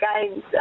games